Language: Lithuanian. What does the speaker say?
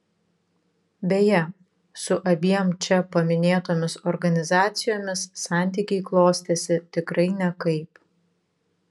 beje su abiem čia paminėtomis organizacijomis santykiai klostėsi tikrai nekaip